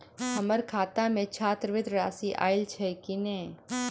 हम्मर खाता मे छात्रवृति राशि आइल छैय की नै?